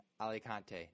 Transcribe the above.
Alicante